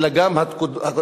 אלא גם של התקופה